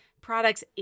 products